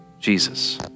Jesus